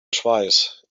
twice